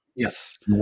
Yes